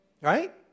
Right